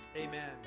amen